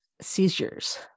seizures